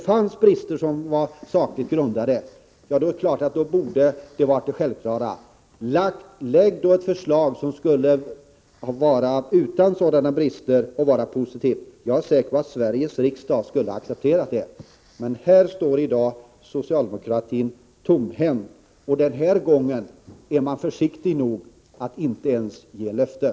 Fanns det brister som var sakligt grundade borde regeringen gjort det självklara att lägga fram ett förslag utan sådana brister, men ändå ett positivt förslag. Jag är säker på att Sveriges riksdag skulle accepterat detta. Men här står i dag socialdemokratin tomhänt. Och denna gång är man försiktig nog att inte ens ge löften!